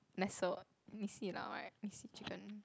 Nestle what Nissin lah right Nissin